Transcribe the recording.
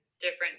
different